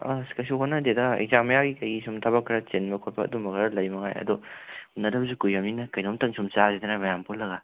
ꯑꯁ ꯀꯩꯁꯨ ꯍꯣꯠꯅꯗꯦꯗ ꯑꯦꯛꯖꯥꯝ ꯃꯌꯥꯒꯤ ꯀꯔꯤꯒꯤ ꯁꯨꯝ ꯊꯕꯛ ꯈꯔ ꯆꯤꯟꯕ ꯈꯣꯠꯄ ꯑꯗꯨꯒꯨꯝꯕ ꯈꯔ ꯂꯩꯕ ꯃꯉꯥꯏꯔꯦ ꯑꯗꯣ ꯎꯟꯅꯗꯕꯁꯨ ꯀꯨꯏꯔꯕꯅꯤꯅ ꯀꯩꯅꯣꯝꯇꯪ ꯁꯨꯝ ꯆꯥꯁꯤꯗꯅ ꯃꯌꯥꯝ ꯄꯨꯜꯂꯒ